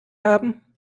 haben